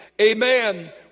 Amen